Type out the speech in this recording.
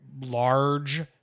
large